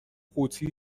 قوطی